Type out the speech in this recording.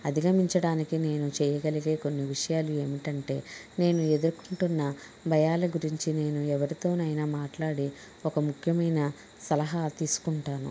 అధిగమించడానికి నేను చేయగలిగే కొన్ని విషయాలు ఏమిటంటే నేను ఎదుర్కొంటున్న భయాల గురించి నేను ఎవరితోనైనా మాట్లాడే ఒక ముఖ్యమైన సలహా తీసుకుంటాను